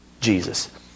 Jesus